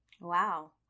Wow